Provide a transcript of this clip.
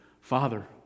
Father